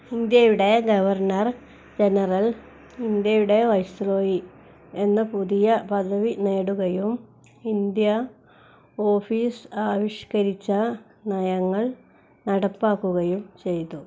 ഇന്ത്യയുടെ governor general ഇന്ത്യയുടെ viceroy എന്ന പുതിയ പദവി നേടുകയും ഇന്ത്യ ഓഫീസ് ആവിഷ്കരിച്ച നയങ്ങൾ നടപ്പാക്കുകയും ചെയ്തു